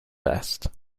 best